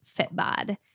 FitBod